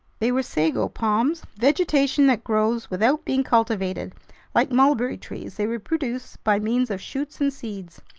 they were sago palms, vegetation that grows without being cultivated like mulberry trees, they reproduce by means of shoots and seeds.